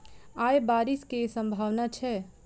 आय बारिश केँ सम्भावना छै?